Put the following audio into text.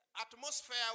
atmosphere